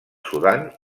sudan